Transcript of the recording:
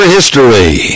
History